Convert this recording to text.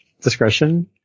discretion